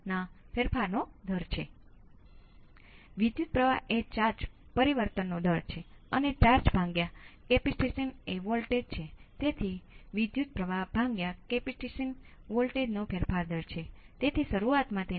જો તમને આ કરવાની આદત હોય તો હું નથી કરતો પરંતુ શક્ય ઉકેલોનું રેખાચિત્ર તમને ઘણી સમજ આપે છે તે ખૂબ ચોક્કસ નથી કારણ કે તમે હાથથી ચિત્ર કરી રહ્યા છો પરંતુ તે ઘણી સમજ આપી શકે છે